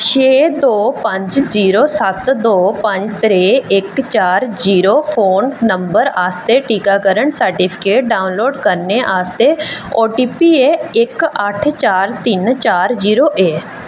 छे दो पंज जीरो सत्त दो पंज त्रै इक चार जीरो फोन नंबर आस्तै टीकाकरण सर्टिफिकेट डाउनलोड करने आस्तै ओटीपी ऐ इक अट्ठ चार त्रै तिन चार जीरो ऐ